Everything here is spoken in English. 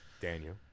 Daniel